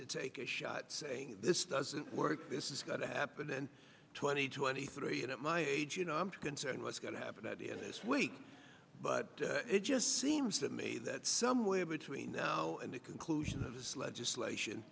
to take a shot saying this doesn't work this is going to happen and twenty twenty three and at my age you know i'm concerned what's going to happen at the end this week but it just seems to me that somewhere between now and the conclusion of this legislation